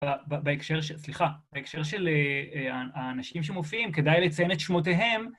בהקשר של, סליחה, בהקשר של האנשים שמופיעים, כדאי לציין את שמותיהם.